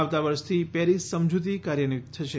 આવતાં વર્ષથી પેરિસ સમજૂતી કાર્યાન્વિત થશે